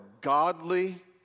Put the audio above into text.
godly